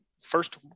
first